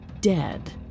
dead